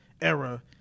era